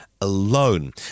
alone